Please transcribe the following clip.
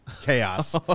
chaos